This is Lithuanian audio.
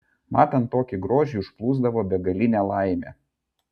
matant tokį grožį užplūsdavo begalinė laimė